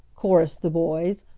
chorused the boys,